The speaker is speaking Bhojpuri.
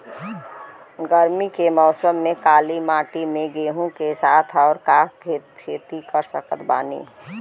गरमी के मौसम में काली माटी में गेहूँ के साथ और का के खेती कर सकत बानी?